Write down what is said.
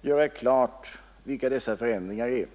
göra klart vilka dessa förändringar är.